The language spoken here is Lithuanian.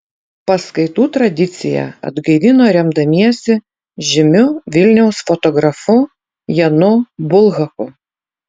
paskaitų tradiciją atgaivino remdamiesi žymiu vilniaus fotografu janu bulhaku